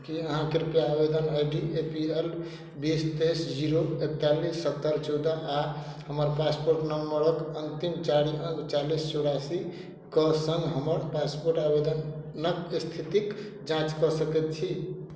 की अहाँ कृपया आवेदन I D A P L बीस तेइस जीरो एकतालीस सत्तर चौदह आ हमर पासपोर्ट नंबरक अंतिम चारि अङ्क चालीस चौरासी कऽ सङ्ग हमर पासपोर्ट आवेदनक स्थितिक जाँच कऽ सकैत छी